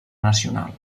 nacional